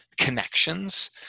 connections